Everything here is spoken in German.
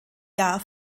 jahr